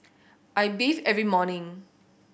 I bathe every morning